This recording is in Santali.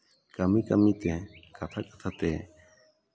ᱠᱟᱹᱢᱤ ᱠᱟᱹᱢᱤᱛᱮ ᱠᱟᱛᱷᱟ ᱠᱟᱛᱷᱟ ᱛᱮ